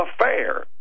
affair